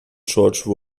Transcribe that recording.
george